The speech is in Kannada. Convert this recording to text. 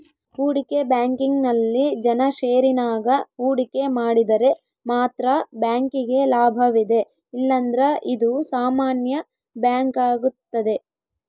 ಹೂಡಿಕೆ ಬ್ಯಾಂಕಿಂಗ್ನಲ್ಲಿ ಜನ ಷೇರಿನಾಗ ಹೂಡಿಕೆ ಮಾಡಿದರೆ ಮಾತ್ರ ಬ್ಯಾಂಕಿಗೆ ಲಾಭವಿದೆ ಇಲ್ಲಂದ್ರ ಇದು ಸಾಮಾನ್ಯ ಬ್ಯಾಂಕಾಗುತ್ತದೆ